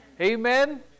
amen